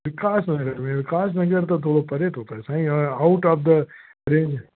विकास नगर में विकास नगर त थोरो परे थो पए साईं आउट ऑफ़ द रेंज